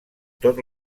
tot